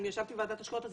אם ישבתי בוועדת השקעות,